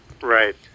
Right